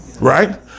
right